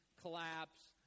collapse